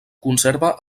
conserva